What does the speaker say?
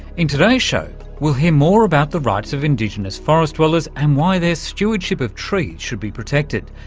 in today's show we'll hear more about the rights of indigenous forest dwellers and why their stewardship of trees should be protected.